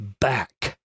back